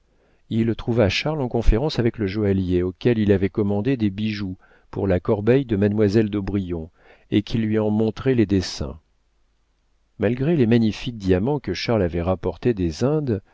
il trouva charles en conférence avec le joaillier auquel il avait commandé des bijoux pour la corbeille de mademoiselle d'aubrion et qui lui en montrait les dessins malgré les magnifiques diamants que charles avait rapportés des indes